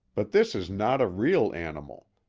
but this is not a real animal.